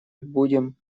будем